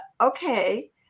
okay